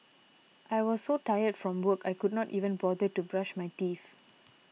I was so tired from work I could not even bother to brush my teeth